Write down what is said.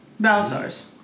Balazars